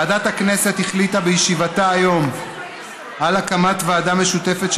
ועדת הכנסת החליטה בישיבתה היום על הקמת ועדה משותפת,